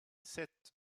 sept